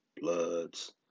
bloods